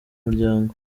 muryango